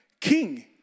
king